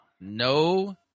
No